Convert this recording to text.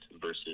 versus